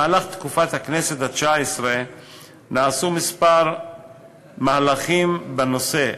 בתקופת הכנסת התשע-עשרה נעשו כמה מהלכים בנושא,